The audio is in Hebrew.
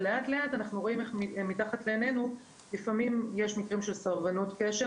ולאט לאט אנחנו רואים איך מתחת לעינינו יש מקרים של סרבנות קשר.